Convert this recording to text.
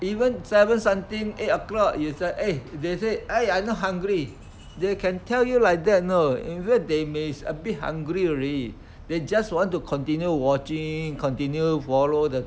even seven something eight o'clock you say eh they say eh I not hungry they can tell you like that you know they may is abit hungry already they just want to continue watching continue follow the